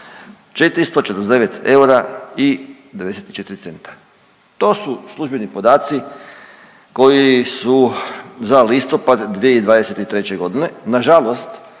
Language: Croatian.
449 eura i 94 centa. To su službeni podaci koji su za listopad 2023.g.. Nažalost,